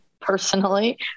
personally